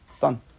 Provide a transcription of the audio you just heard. Done